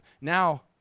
Now